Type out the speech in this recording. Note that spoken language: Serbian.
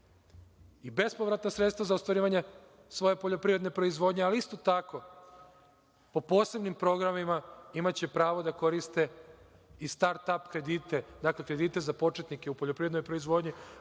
i bespovratna sredstva za ostvarivanje svoje poljoprivredne proizvodnje. Isto tako, po posebnim programima imaće pravo da koriste i start-ap kredite, dakle kredite za početnike u poljoprivrednoj proizvodnji,